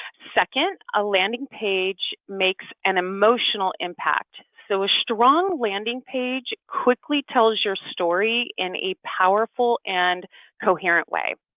second, a landing page makes an emotional impact. so a strong landing page quickly tells your story in a powerful and coherent way.